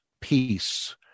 Peace